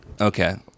Okay